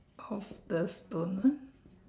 of the stone ah